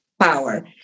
power